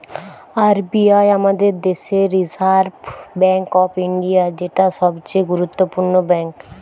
R B I আমাদের দেশের reserve bank of India, যেটা সবচে গুরুত্বপূর্ণ ব্যাঙ্ক